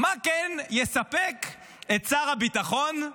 מה כן יספק את שר הביטחון,